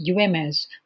UMS